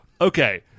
okay